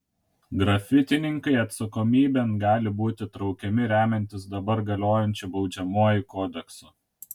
grafitininkai atsakomybėn gali būti traukiami remiantis dabar galiojančiu baudžiamuoju kodeksu